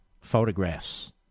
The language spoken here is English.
photographs